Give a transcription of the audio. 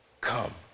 come